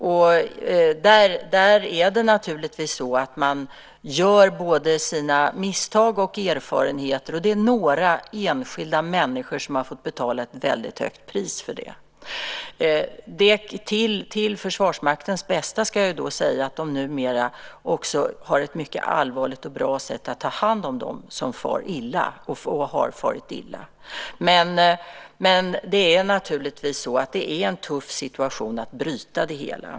Där är det naturligtvis så att man gör sina misstag och erfarenheter, och det är några enskilda människor som har fått betala ett väldigt högt pris för det. Till Försvarsmaktens bästa ska jag säga att de numera har ett väldigt allvarligt och bra sätt att ta hand om dem som far illa och som har farit illa. Men det är naturligtvis en tuff situation att bryta det hela.